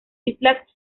islas